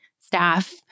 staff